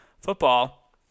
football